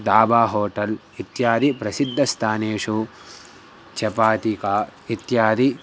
दाबा होटल् इत्यादि प्रसिद्धस्थानेषु चपातिका इत्यादि